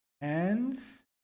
hands